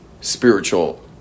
spiritual